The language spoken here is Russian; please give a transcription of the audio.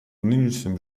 нынешнем